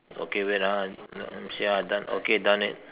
okay wait ah let me see ah done okay done it